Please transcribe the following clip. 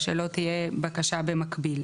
בדיוק.